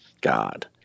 God